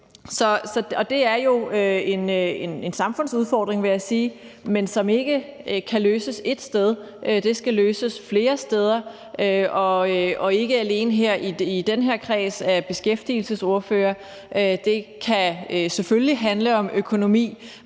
det er jo en samfundsudfordring, vil jeg sige, men en, som ikke kan løses ét sted. Det skal løses flere steder og ikke alene her i den her kreds af beskæftigelsesordførere. Det kan selvfølgelig handle om økonomi,